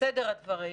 בסדר הדברים,